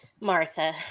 Martha